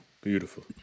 beautiful